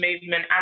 movement